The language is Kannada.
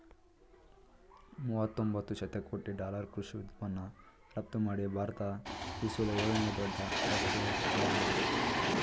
ಮೂವತೊಂಬತ್ತು ಶತಕೋಟಿ ಡಾಲರ್ ಕೃಷಿ ಉತ್ಪನ್ನ ರಫ್ತುಮಾಡಿ ಭಾರತ ವಿಶ್ವದ ಏಳನೇ ದೊಡ್ಡ ರಫ್ತುದಾರ್ನಾಗಿದೆ